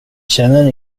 känner